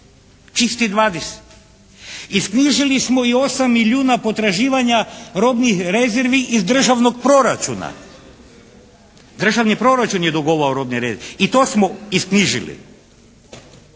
čistih 20. Isknjižili smo i 8 milijuna potraživanja robnih rezervi iz državnog proračuna. Državni proračun je dugovao robne …/Govornik